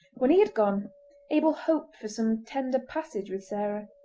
when he had gone abel hoped for some tender passage with sarah,